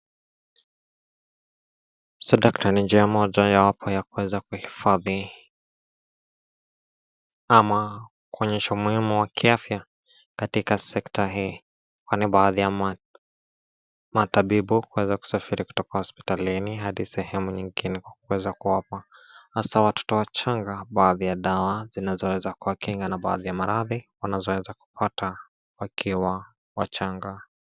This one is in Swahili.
Swadakta ni njia moja ya kuweza kuhifadhi ama kuonyesha umuhimu wa kiafya katika sekta hii, kwani baadhi ya matabibu kuweza kusafiri kutoka hospitalini adi sehemu nyingine hili kuweza kuwapa hasa watoto wachanga baadhi ya dawa zinazoweza kuwakinga na baadhi ya maradhi hili wanazoweza kupata wakiwa wachanga.